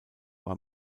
war